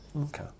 Okay